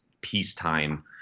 peacetime